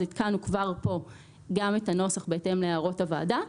עדכנו כבר כאן גם את הנוסח בהתאם להערות הוועדה.